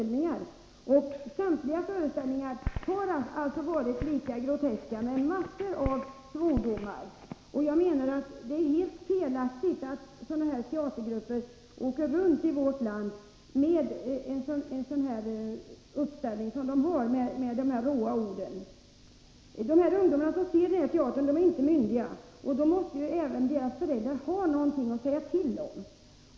Samtliga dessa föreställningar har varit lika groteska, med mängder av svordomar. Jag menar att det är helt felaktigt att teatergrupper åker runt i vårt land med sådana här föreställningar, fyllda av råa ord. De ungdomar som ser denna föreställning är inte myndiga, och deras föräldrar måste ha något att säga till om.